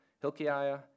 Hilkiah